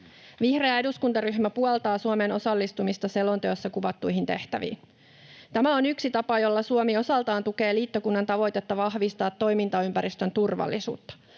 Vihreä eduskuntaryhmä puoltaa Suomen osallistumista selonteossa kuvattuihin tehtäviin. Tämä on yksi tapa, jolla Suomi osaltaan tukee liittokunnan tavoitetta vahvistaa toimintaympäristön turvallisuutta.